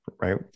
right